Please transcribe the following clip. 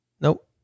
Nope